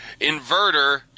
inverter